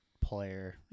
player